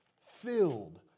filled